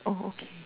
oh okay